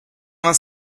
vingt